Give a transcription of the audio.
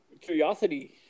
curiosity